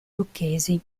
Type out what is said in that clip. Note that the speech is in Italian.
lucchesi